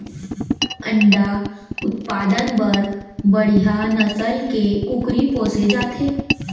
अंडा उत्पादन बर बड़िहा नसल के कुकरी पोसे जाथे